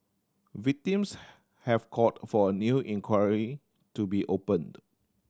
victims have called for a new inquiry to be opened